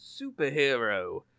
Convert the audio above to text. superhero